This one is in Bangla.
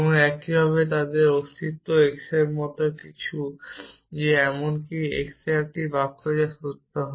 একইভাবে তাদের অস্তিত্ব x এর মতো কিছু যে এমনকি x একটি বাক্য যা সত্য হবে